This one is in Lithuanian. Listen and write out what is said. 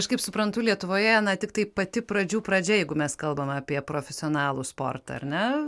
aš kaip suprantu lietuvoje na tiktai pati pradžių pradžia jeigu mes kalbame apie profesionalų sportą ar ne